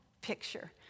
picture